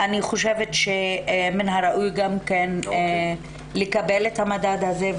אני חושבת שמן הראוי גם לקבל את המדד הזה,